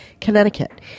Connecticut